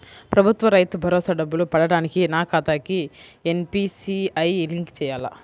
ప్రభుత్వ రైతు భరోసా డబ్బులు పడటానికి నా ఖాతాకి ఎన్.పీ.సి.ఐ లింక్ చేయాలా?